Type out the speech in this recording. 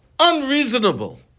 unreasonable